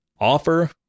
offer